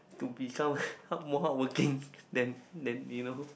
to become hard more hardworking than than you know